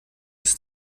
ist